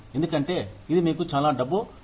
ఎందుకంటే ఇది మీకు చాలా డబ్బు తీసుకువస్తుంది